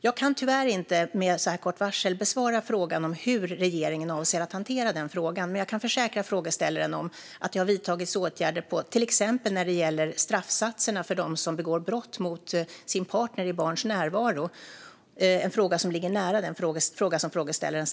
Jag kan tyvärr inte med så här kort varsel besvara hur regeringen avser att hantera frågan, men jag kan försäkra frågeställaren om att det har vidtagits åtgärder till exempel när det gäller straffsatserna för dem som begår brott mot sin partner i barns närvaro - en fråga som ligger nära frågeställarens.